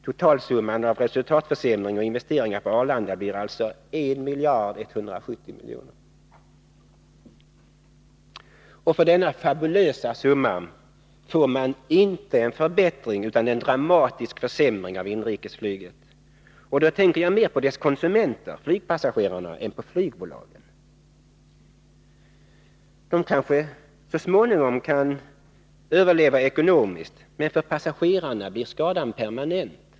Totalsumman av resultatförsämring och investeringar på Arlanda blir alltså 1170 000 000. Och för denna fabulösa summa får man inte en förbättring utan en dramatisk försämring av inrikesflyget, och då tänker jag mer på dess konsumenter, flygpassagerare, än på flygbolagen. De kanske så småningom kan överleva ekonomiskt, men för passagerarna blir skadan permanent.